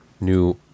new